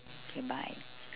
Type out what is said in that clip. okay bye